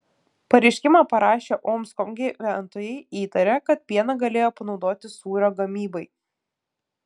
pareiškimą parašę omsko gyventojai įtaria kad pieną galėjo panaudoti sūrio gamybai